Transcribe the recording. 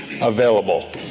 available